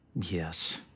Yes